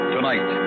Tonight